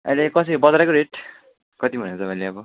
अहिले कसरी बजारकै रेट कति भन्ने त मैले अब